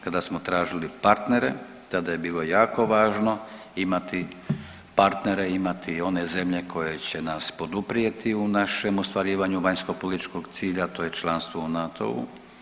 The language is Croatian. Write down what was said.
Kada smo tražili partnere tada je bilo jako važno imati partnere imati one zemlje koje će nas poduprijeti u našem ostvarivanju vanjskopolitičkog cilja to je članstvo u NATO-u.